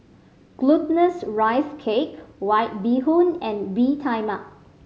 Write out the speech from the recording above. Glutinous Rice Cake White Bee Hoon and Bee Tai Mak